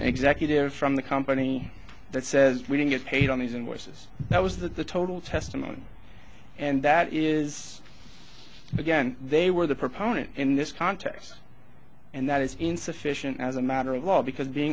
executive from the company that says we don't get paid on these invoices now was that the total testimony and that is again they were the proponent in this context and that is insufficient as a matter of law because being